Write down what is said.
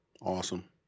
Awesome